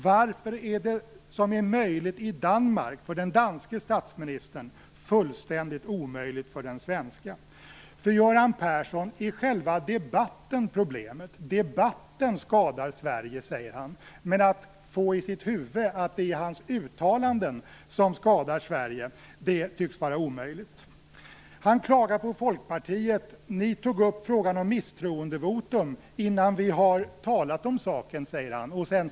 Varför är det som är möjligt i Danmark för den danske statsministern fullständigt omöjligt för den svenske? För Göran Persson är själva debatten problemet. Debatten skadar Sverige, säger han. Men att få i sitt huvud att det är hans uttalanden som skadar Sverige tycks vara omöjligt. Han klagar på Folkpartiet och säger: Ni tog upp frågan om misstroendevotum innan vi har talat om saken.